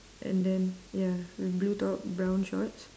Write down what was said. and then ya blue top brown shorts